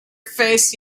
face